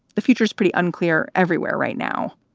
the future is pretty unclear everywhere right now.